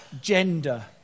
gender